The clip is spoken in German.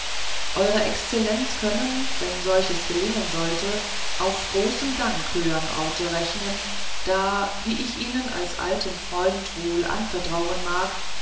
ew exzellenz können wenn solches gelingen sollte auf großen dank höhern orte rechnen da wie ich ihnen als altem freunde wohl anvertrauen darf